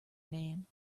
name